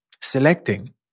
selecting